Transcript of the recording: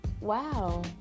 wow